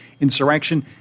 insurrection